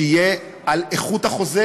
שיהיה על איכות החוזה.